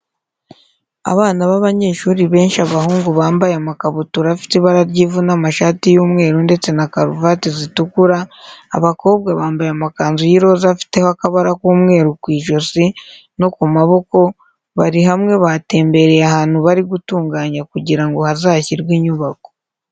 Abana b'abanyeshuri benshi abahungu bambaye amakabutura afite ibara ry'ivu n'amashati y'umweru ndetse na karuvati zitukura, abakobwa bambaye amakanzu y'iroza afiteho akabara k'umweru ku ijosi no ku maboko bari hamwe batembereye ahantu bari gutunganya kugira ngo hazashyirwe inyubako.